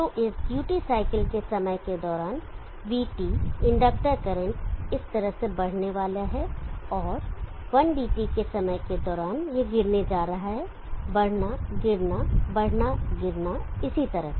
तो इस duty cycle के समय के दौरान vT इंडक्टर करंट इस तरह से बढ़ने वाला है और 1 DT के समय के दौरान यह गिरने जा रहा है बढ़ना गिरना बढ़ना गिरना इसी तरह से